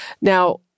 Now